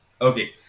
Okay